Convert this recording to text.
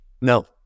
No